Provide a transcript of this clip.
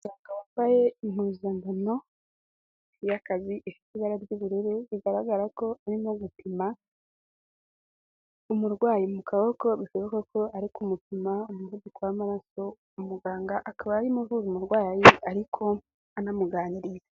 Umuganga wambaye impuzankano y'akazi ifite ibara ry'ubururu bigaragara ko ari gupima, umurwayi mu kaboko, bishoboka ko ari kumupima umuvuduko w'amaraso, muganga akaba arimo uvura umurwayi ariko anamuganiriza.